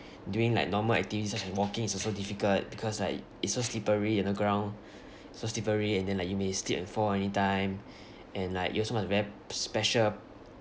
during like normal activities such as walking is also difficult because like it's so slippery on the ground so slippery and then like you may slip and fall anytime and like you also must wear special